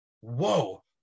whoa